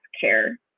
care